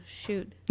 shoot